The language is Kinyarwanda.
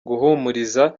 guhumuriza